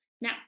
Now